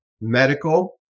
medical